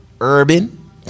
Urban